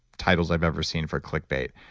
titles i've ever seen for clickbait.